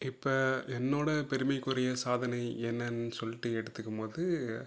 இப்போ என்னுடைய பெருமைக்குரிய சாதனை என்னென்னு சொல்லிட்டு எடுத்துக்கும் போது